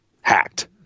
hacked